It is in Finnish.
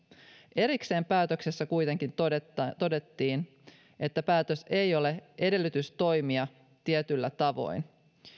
erikseen päätöksessä kuitenkin todettiin että päätös ei ole edellytys toimia tietyllä tavoin